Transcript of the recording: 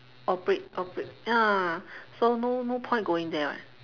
operate operate ya so no no point going there right